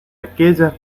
aquellas